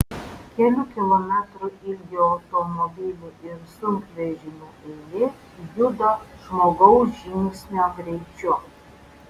kelių kilometrų ilgio automobilių ir sunkvežimių eilė juda žmogaus žingsnio greičiu